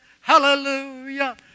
hallelujah